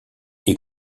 est